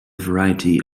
variety